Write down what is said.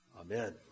Amen